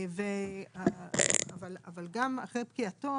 אבל גם אחרי פקיעתו,